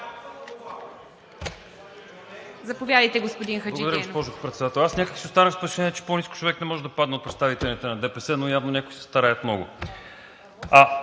Заповядайте, господин Хаджигенов.